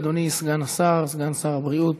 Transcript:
אדוני סגן שר הבריאות